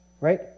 right